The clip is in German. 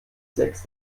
sechs